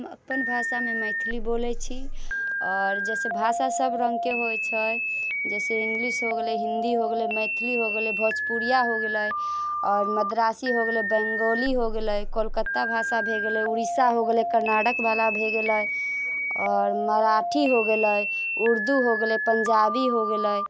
हम अपन भाषामे मैथिली बोलैत छी आओर जैसे भाषा सभ रङ्गके होइत छै जैसे हिन्दी हो गेलै इंग्लिश हो गेलै मैथिली हो गेलै भोजपुरिया हो गेलै आओर मद्रासी हो गेलै बंगाली हो गेलै कोलकत्ता भाषा हो गेलै उड़ीसा हो गेलै कर्नाटकवला भए गेलै आओर मराठी हो गेलै उर्दू हो गेलै पंजाबी हो गेलै